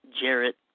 Jarrett